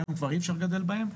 והיום כבר אי אפשר לגדל בהם.